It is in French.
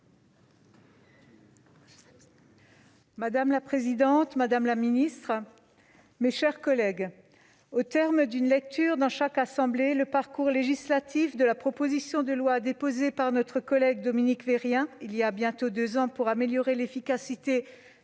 Madame la présidente, madame la ministre, mes chers collègues, au terme d'une lecture dans chaque assemblée, le parcours législatif de la proposition de loi déposée par notre collègue Dominique Vérien, voilà bientôt deux ans, pour améliorer l'efficacité de